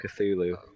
Cthulhu